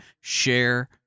share